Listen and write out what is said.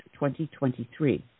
2023